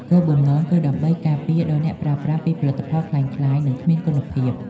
គោលបំណងគឺដើម្បីការពារដល់អ្នកប្រើប្រាស់ពីផលិតផលក្លែងក្លាយ និងគ្មានគុណភាព។